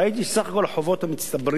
וראיתי: סך כל החובות המצטברים